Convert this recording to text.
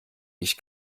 ich